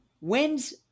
Wins